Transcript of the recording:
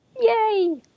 Yay